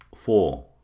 four